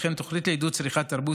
וכן תוכניות לעידוד צריכת תרבות,